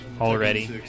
already